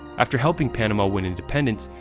after helping panama win independence,